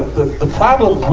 the, the problem with,